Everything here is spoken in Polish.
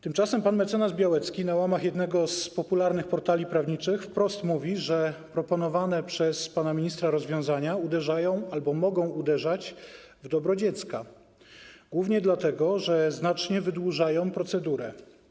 Tymczasem pan mecenas Białecki na łamach jednego z popularnych portali prawniczych wprost mówi, że proponowane przez pana ministra rozwiązania uderzają albo mogą uderzać w dobro dziecka, głównie dlatego, że znacznie wydłużają procedurę.